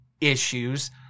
issues